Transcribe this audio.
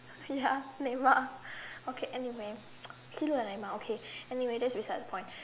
ya Neymar okay anyway he look like Neymar okay anyway that is beside the point